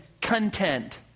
content